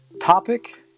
topic